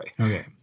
Okay